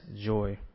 joy